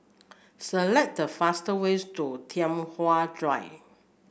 select the faster ways to Tai Hwan Drive